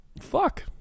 fuck